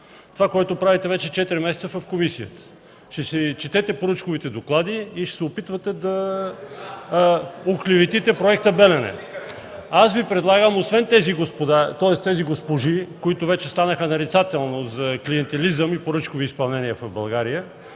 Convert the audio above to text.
това, което правите вече четири месеца в комисията. Ще си четете поръчковите доклади и ще се опитвате да оклеветите проекта „Белене”! (Реплики от ГЕРБ.) Аз Ви предлагам, освен тези госпожи, които вече станаха нарицателно за клиентелизъм и поръчкови изпълнения в България,